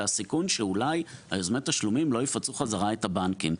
והסיכון שאולי יוזמי התשלומים לא יפצו חזרה את הבנקים.